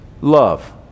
love